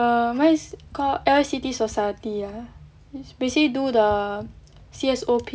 err mine is called L_S_C_T society ah is basically do the C_S_O_P